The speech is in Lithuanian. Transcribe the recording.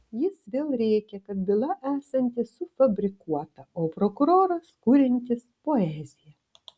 jis vėl rėkė kad byla esanti sufabrikuota o prokuroras kuriantis poeziją